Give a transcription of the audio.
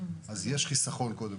יש חיסכון.